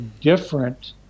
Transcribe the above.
different